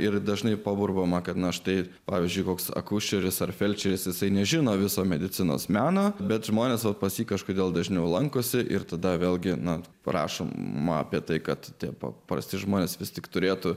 ir dažnai paburbama kad na štai pavyzdžiui koks akušeris ar felčeris jisai nežino viso medicinos meno bet žmonės pas jį kažkodėl dažniau lankosi ir tada vėlgi na prašom man apie tai kad tie paprasti žmonės vis tik turėtų